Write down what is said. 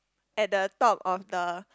at the top of the